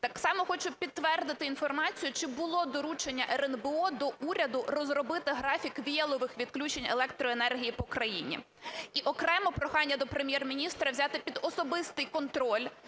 Так само хочу підтвердити інформацію, чи було доручення РНБО до уряду розробити графік віялових відключень електроенергії по країні. І окремо прохання до Прем'єр-міністра взяти під особистий контроль